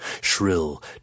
Shrill